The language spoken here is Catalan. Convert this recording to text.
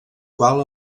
qual